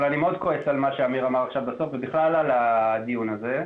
אבל אני מאוד כועס על מה שאמיר אמר עכשיו בסוף ובכלל קצת על הדיון הזה.